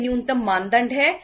यह न्यूनतम मानदंड है